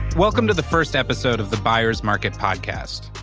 welcome to the first episode of the byers market podcast.